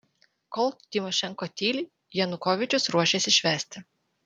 kol tymošenko tyli janukovyčius ruošiasi švęsti